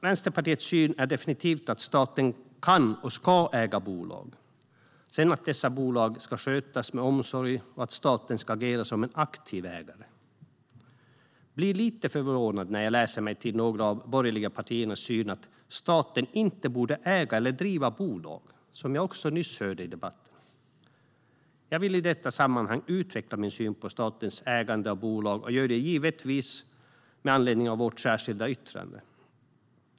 Vänsterpartiets syn är att staten definitivt kan och ska äga bolag. Sedan ska dessa skötas med omsorg, och staten ska agera som en aktiv ägare. Jag blir lite förvånad när jag läser mig till några av de borgerliga partiernas syn, att staten inte borde äga eller driva bolag, vilket man nyss också hörde i debatten. Jag vill i detta sammanhang utveckla min syn på statens ägande av bolag, och jag gör det givetvis med anledning av vårt särskilda yttrande.